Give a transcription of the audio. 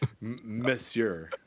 Monsieur